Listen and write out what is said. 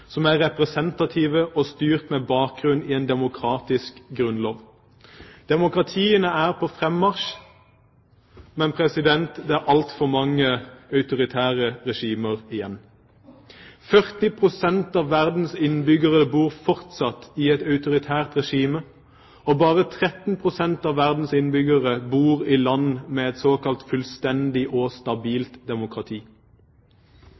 som er representative og styrt med bakgrunn i en demokratisk grunnlov. Demokratiene er på fremmarsj, men det er altfor mange autoritære regimer igjen. 40 pst. av verdens innbyggere bor fortsatt i land med et autoritært regime, og bare 13 pst. av verdens innbyggere bor i land med et såkalt fullstendig og